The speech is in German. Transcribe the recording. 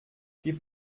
gib